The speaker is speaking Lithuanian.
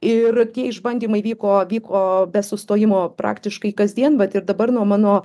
ir tie išbandymai vyko vyko be sustojimo praktiškai kasdien vat ir dabar nuo mano